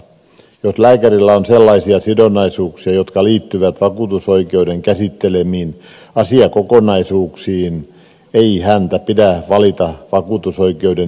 jos lääkärillä on sellaisia sidonnaisuuksia jotka liittyvät vakuutusoikeuden käsittelemiin asiakokonaisuuksiin ei häntä pidä valita vakuutusoikeuden jäseneksi